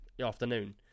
afternoon